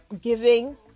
giving